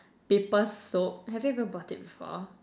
paper soap have you ever bought it before